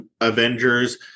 Avengers